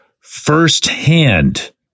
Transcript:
firsthand